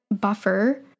buffer